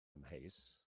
amheus